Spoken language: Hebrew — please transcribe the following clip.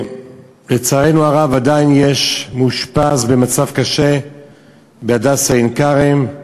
ולצערנו הרב עדיין יש מאושפז במצב קשה ב"הדסה עין-כרם".